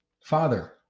Father